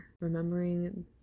Remembering